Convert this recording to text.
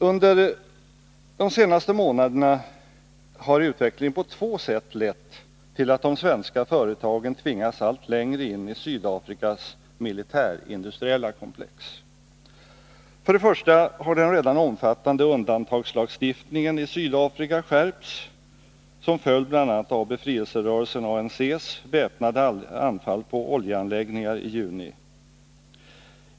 Under de senaste månaderna har utvecklingen på två sätt lett till att de svenska företagen tvingas allt längre in i Sydafrikas militärindustriella komplex. För det första har den redan omfattande undantagslagstiftningen i Sydafrika skärpts, som följd bl.a. av befrielserörelsen ANC:s väpnade anfall på oljeanläggningar i juni.